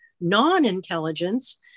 non-intelligence